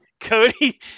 Cody